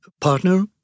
partner